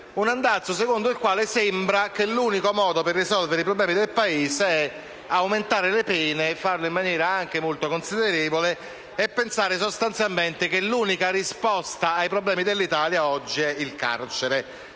Paese. Secondo questo andazzo l'unico modo per risolvere i problemi del Paese è aumentare le pene e farlo in maniera anche molto considerevole e pensare sostanzialmente che l'unica risposta ai problemi dell'Italia è il carcere.